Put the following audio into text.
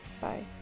Bye